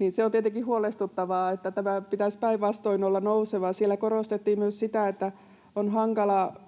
ja se on tietenkin huolestuttavaa, kun tämän pitäisi päinvastoin olla nouseva. Siellä korostettiin myös sitä, että on jotenkin